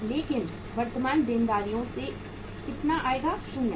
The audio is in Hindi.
लेकिन वर्तमान देनदारियों से कितना आएगा 0 है